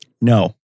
No